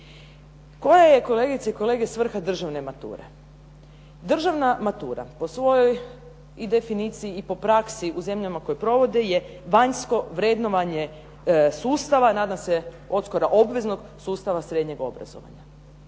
Koja je, kolegice i kolege, svrha državne mature? Državna matura po svojoj i definiciji i po praksi u zemljama koju ju provode je vanjsko vrednovanje sustava, nadam se odskora obveznog sustava srednjeg obrazovanja.